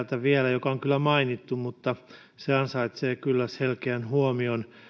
joka on kyllä mainittu mutta joka ansaitsee kyllä selkeän huomion